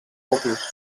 cocos